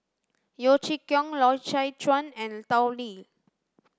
Yeo Chee Kiong Loy Chye Chuan and Tao Li